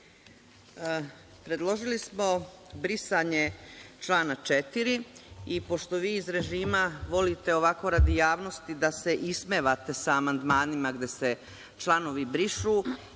Predložili smo brisanje člana 4. i pošto vi iz režima volite ovako radi javnosti da se ismevate sa amandmanima gde se članovi brišu,